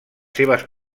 seves